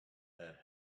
that